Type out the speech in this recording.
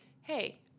hey